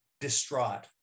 distraught